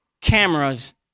cameras